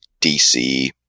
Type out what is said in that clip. DC